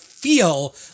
feel